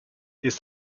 ist